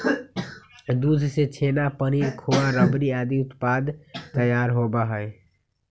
दूध से छेना, पनीर, खोआ, रबड़ी आदि उत्पाद तैयार होबा हई